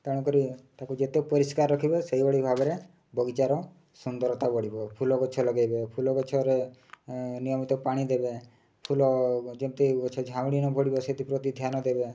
ତେଣୁକରି ତାକୁ ଯେତେ ପରିଷ୍କାର ରଖିବେ ସେହିଭଳି ଭାବରେ ବଗିଚାର ସୁନ୍ଦରତା ବଢ଼ିବ ଫୁଲ ଗଛ ଲଗାଇବେ ଫୁଲ ଗଛରେ ନିୟମିତ ପାଣି ଦେବେ ଫୁଲ ଯେମିତି ଗଛ ଝାଉଁଳି ନ ପଡ଼ିବ ସେଥିପ୍ରତି ଧ୍ୟାନ ଦେବେ